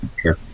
Sure